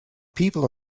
people